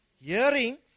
hearing